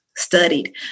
Studied